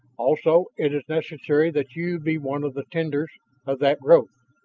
also it is necessary that you be one of the tenders of that growth.